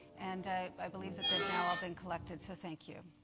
and i believe that they have now all been collected, so thank you.